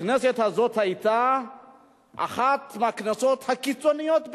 הכנסת הזאת היתה אחת מהכנסות הקיצוניות ביותר,